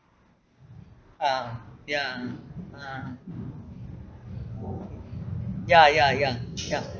ah ya ah ya ya ya ya